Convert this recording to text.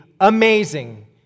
amazing